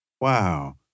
Wow